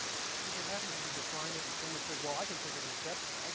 because what happens is, you define it and someone says, well, i can think of an exception. like